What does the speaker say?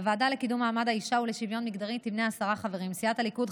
הוועדה לקידום מעמד האישה ולשוויון מגדרי תמנה עשרה חברים: סיעת הליכוד,